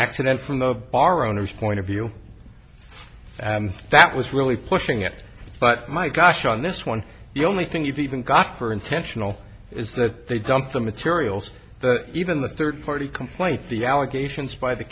accident from the bar owners point of view that was really pushing it but my gosh on this one the only thing you've even got for intentional is that they dumped the materials even the third party complaint the allegations by the